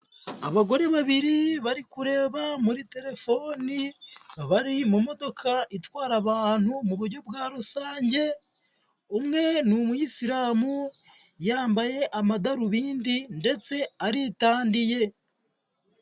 Abagore babiri bari kureba muri telefoni, bari mu modoka itwara abantu mu buryo bwa rusange, umwe ni umuyisiramu yambaye amadarubindi ndetse aritandiye.